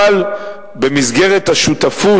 במסגרת השותפות,